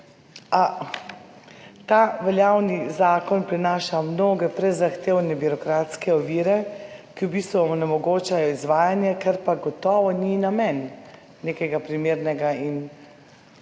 ta veljavni zakon prinaša mnoge prezahtevne birokratske ovire, ki v bistvu onemogočajo izvajanje, kar pa gotovo ni namen nekega primernega in